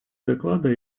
доклада